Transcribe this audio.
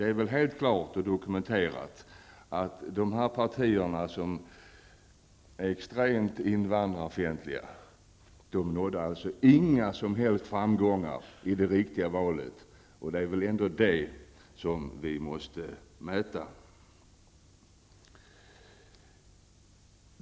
Det är väl helt klart, och även dokumenterat, att de partier som är extremt invandrarfientliga inte har haft några som helst framgångar i det riktiga valet, och det är väl ändå det som måste mätas.